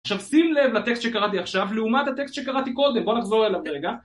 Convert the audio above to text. עכשיו שים לב לטקסט שקראתי עכשיו לעומת הטקסט שקראתי קודם בוא נחזור אליו רגע